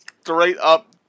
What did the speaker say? straight-up